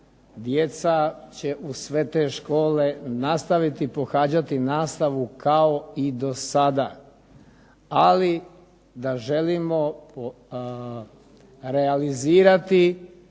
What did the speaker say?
Djeca će uz sve te škole nastaviti pohađati nastavu kao i do sada, ali da želimo realizirati